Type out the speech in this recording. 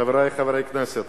חברי חברי הכנסת,